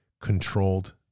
controlled